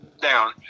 down